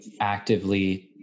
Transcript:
actively